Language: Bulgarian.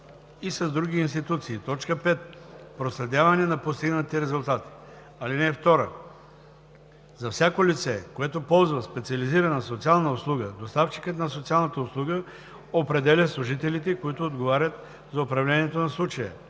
и с други институции; 5. проследяване на постигнатите резултати. (2) За всяко лице, което ползва специализирана социална услуга, доставчикът на социалната услуга определя служителите, които отговарят за управлението на случая.